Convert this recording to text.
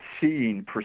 seeing